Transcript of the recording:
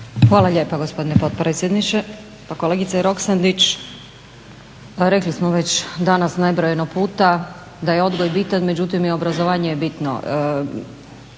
Hvala lijepa gospodine potpredsjedniče! Kolegice Roksandić, rekli smo već danas nebrojeno puta da je odgoj bitan, međutim i obrazovanje je bitno.